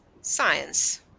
SCIENCE